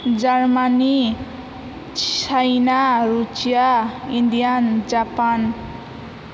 Germany China Russia India Japan